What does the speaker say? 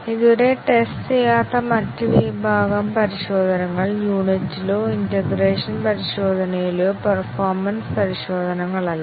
ഇതുവരെ ടെസ്റ്റ് ചെയ്യാത്ത മറ്റ് വിഭാഗം പരിശോധനകൾ യൂണിറ്റിലോ ഇന്റേഗ്രേഷൻ പരിശോധനയിലോ പേർഫോമെൻസ് പരിശോധനകളല്ല